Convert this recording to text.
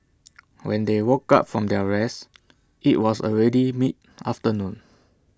when they woke up from their rest IT was already mid afternoon